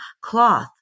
cloth